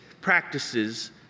practices